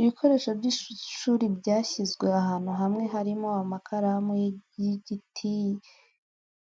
Ibikoresho by'ishuri byashyizwe ahantu hamwe harimo amakaramu y'igiti